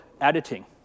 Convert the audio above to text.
editing